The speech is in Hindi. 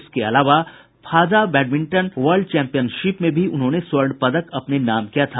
इसके अलावा फाजा बैडमिंटन वर्ल्ड चैंपियनशिप में भी उन्होंने स्वर्ण पदक अपने नाम किया था